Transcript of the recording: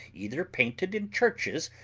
either painted in churches,